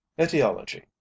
etiology